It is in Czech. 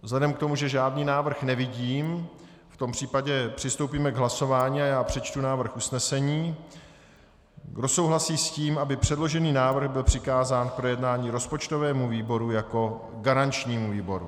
Vzhledem k tomu, že žádný návrh nevidím, v tom případě přistoupíme k hlasování a já přečtu návrh usnesení: Kdo souhlasí s tím, aby předložený návrh byl přikázán k projednání rozpočtovému výboru jako garančnímu výboru?